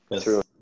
true